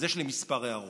אז יש לי כמה הערות.